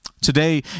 Today